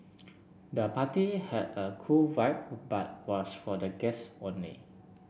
the party had a cool vibe but was for the guests only